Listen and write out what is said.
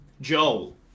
Joel